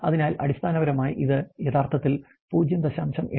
അതിനാൽ അടിസ്ഥാനപരമായി ഇത് യഥാർത്ഥത്തിൽ 0